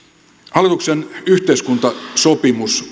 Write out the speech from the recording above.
hallituksen yhteiskuntasopimus